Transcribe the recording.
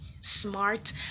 smart